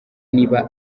niba